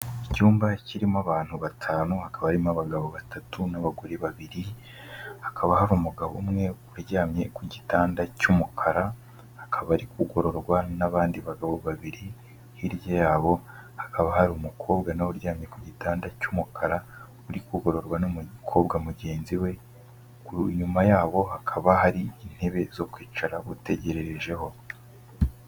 Icyumba kirimo abantu batanu, hakaba harimo abagabo batatu, n'abagore babiri, hakaba hari umugabo umwe uryamye ku gitanda cy'umukara, akaba ari kugororwa n'abandi bagabo babiri, hirya yabo hakaba hari umukobwa nawe uryamye ku gitanda cy'umukara, uri kugororwa n'umukobwa mugenzi we, inyuma yabo hakaba hari intebe zo kwicara uba utegererejeho.